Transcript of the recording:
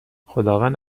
خداوند